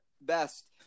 best